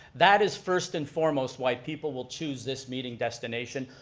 that is first and foremost why people will choose this meeting destination.